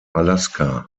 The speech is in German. alaska